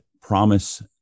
promise